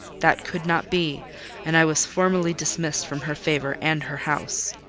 that could not be and i was formally dismissed from her favour and her house.